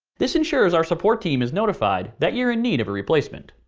this ensures our support team is notified that you're in need of a replacement.